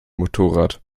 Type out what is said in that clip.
motorrad